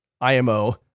IMO